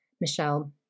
Michelle